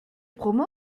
promo